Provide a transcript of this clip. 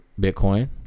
Bitcoin